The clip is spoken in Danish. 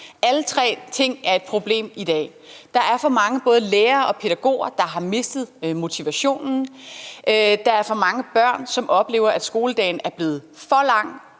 Alle tre ting er et problem i dag. Der er for mange både lærere og pædagoger, der har mistet motivationen. Der er for mange børn, som oplever, at skoledagen er blevet for lang.